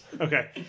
Okay